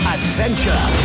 Adventure